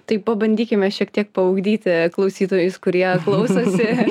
tai pabandykime šiek tiek paugdyti klausytojus kurie klausosi